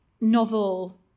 novel